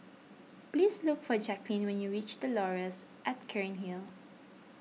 please look for Jacquelyn when you reach the Laurels at Cairnhill